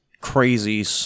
crazy